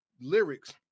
lyrics